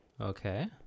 Okay